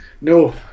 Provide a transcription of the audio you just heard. No